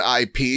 IP